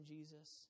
Jesus